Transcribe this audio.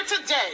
today